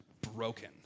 broken